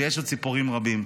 ויש עוד סיפורים רבים.